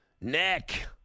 Nick